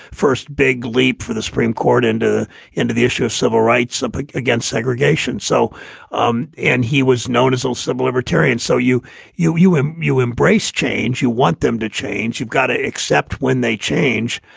first big leap for the supreme court into into the issue of civil rights ah against segregation. so um and he was known as those civil libertarians. so you you you and you embrace change. you want them to change. you've got to accept when they change.